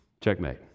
Checkmate